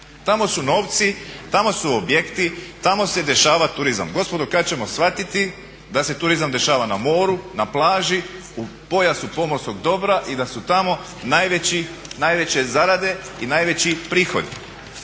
Tamo su novci, tamo su objekti, tamo se dešava turizam. Gospodo kada ćemo shvatiti da se turizam dešava na moru, na plaži u pojasu pomorskog dobra i da su tamo najveće zarade i najveći prihodi.